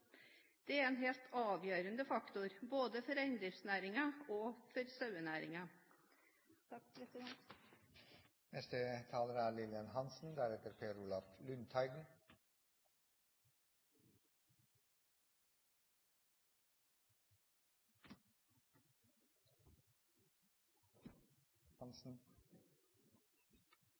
Det er en helt avgjørende faktor, både for reindriftsnæringen og for